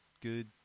good